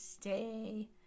stay